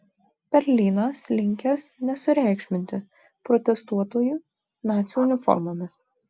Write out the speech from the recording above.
berlynas linkęs nesureikšminti protestuotojų nacių uniformomis